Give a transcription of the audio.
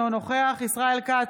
אינו נוכח ישראל כץ,